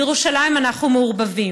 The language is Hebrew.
בירושלים אנחנו מעורבבים,